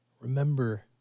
remember